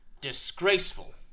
disgraceful